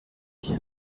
die